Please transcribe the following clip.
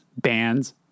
bands